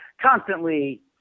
constantly